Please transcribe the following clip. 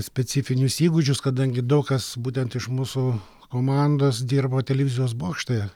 specifinius įgūdžius kadangi daug kas būtent iš mūsų komandos dirbo televizijos bokšte